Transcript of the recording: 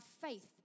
faith